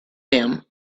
them